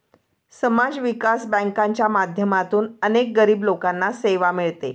समाज विकास बँकांच्या माध्यमातून अनेक गरीब लोकांना सेवा मिळते